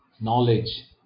knowledge